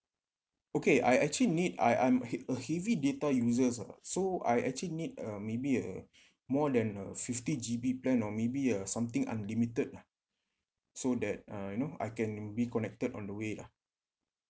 okay I actually need I I'm h~ a heavy data user ah so I actually need uh maybe more than uh fifty G_B plan or maybe uh something unlimited lah so that uh you know I can be connected on the way lah